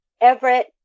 Everett